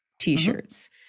t-shirts